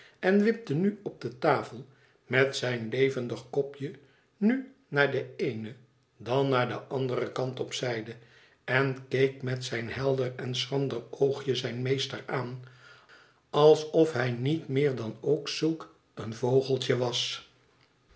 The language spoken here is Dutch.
en wipte nu op de tafel met zijn levendig kopje nu naar den eenen dan naar den anderen kant op zijde en keek met zijn helder en schrander oogje zijn meester aan alsof hij niet meer dan ook zulk een vogeltje was